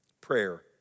Prayer